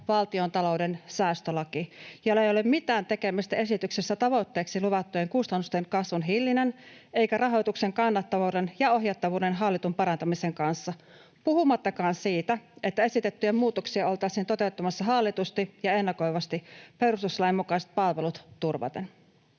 valtiontalouden säästölaki, jolla ei ole mitään tekemistä esityksessä tavoitteeksi luvattujen kustannusten kasvun hillinnän eikä rahoituksen kannattavuuden ja ohjattavuuden hallitun parantamisen kanssa, puhumattakaan siitä, että esitettyjä muutoksia oltaisiin toteuttamassa hallitusti ja ennakoivasti perustuslain mukaiset palvelut turvaten.